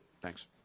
Thanks